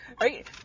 right